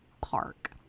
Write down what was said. park